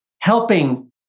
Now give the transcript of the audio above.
helping